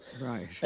Right